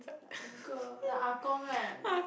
the uncle the Ah Gong right